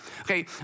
Okay